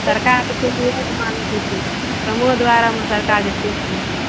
सरकार मान कमो द्वारामे सरकार जे छै